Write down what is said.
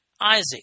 Isaac